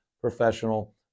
professional